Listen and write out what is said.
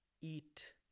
eat